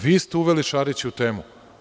Vi ste uveli Šarića u temu.